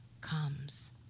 comes